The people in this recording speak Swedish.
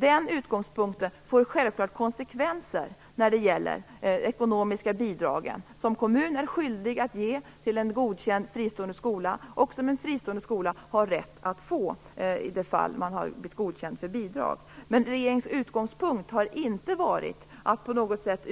Den utgångspunkten får självfallet konsekvenser när det gäller de ekonomiska bidrag som en kommun är skyldig att ge en godkänt fristående skola, och som en fristående skola har rätt att få i de fall den har blivit godkänd för bidrag. Regeringens utgångspunkt är dock inte på något sätt